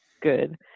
good